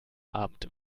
abend